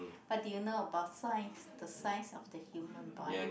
but do you know about science the science of the human body